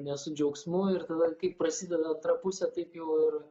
ne su džiaugsmu ir tada kai prasideda antrą pusę tai jau ir